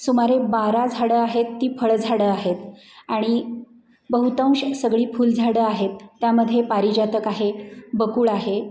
सुमारे बारा झाडं आहेत ती फळं झाडं आहेत आणि बहुतांश सगळी फुलझाडं आहेत त्यामध्ये पारिजातक आहे बकूळ आहे